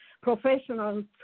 professionals